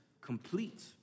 complete